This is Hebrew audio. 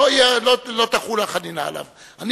לא תחול עליו החנינה.